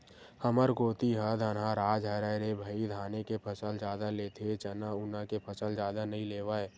हमर कोती ह धनहा राज हरय रे भई धाने के फसल जादा लेथे चना उना के फसल जादा नइ लेवय